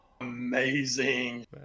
Amazing